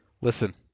Listen